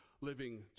living